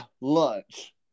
Lunch